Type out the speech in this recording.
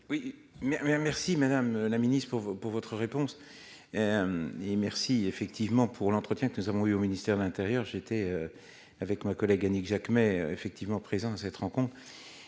merci, Madame la Ministre, pour vous, pour votre réponse et merci effectivement pour l'entretien que nous avons eu au ministère de l'Intérieur, j'étais avec ma collègue : Annick Jacquemet effectivement présents à cette rencontre